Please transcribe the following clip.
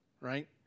right